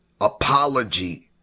apology